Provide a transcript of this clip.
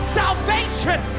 salvation